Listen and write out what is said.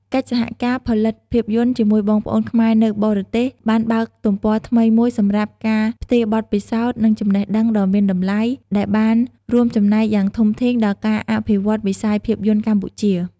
កិច្ចសហការផលិតភាពយន្តជាមួយបងប្អូនខ្មែរនៅបរទេសបានបើកទំព័រថ្មីមួយសម្រាប់ការ ផ្ទេរបទពិសោធន៍ និងចំណេះដឹង ដ៏មានតម្លៃ ដែលបានរួមចំណែកយ៉ាងធំធេងដល់ការអភិវឌ្ឍវិស័យភាពយន្តកម្ពុជា។